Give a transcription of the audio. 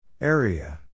area